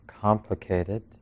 complicated